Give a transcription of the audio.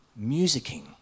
Musicking